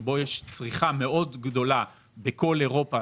שבו יש צריכה גדולה מאוד של תמרים בכל אירופה